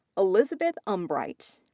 elizabeth umbreit.